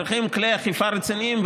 צריכים כלי אכיפה רציניים,